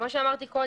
כפי שאמרתי,